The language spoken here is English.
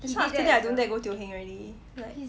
that's why after that I don't dare go teo heng already